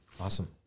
awesome